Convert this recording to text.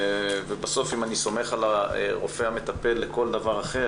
ובסוף אם אני סומך על הרופא המטפל לכל דבר אחר,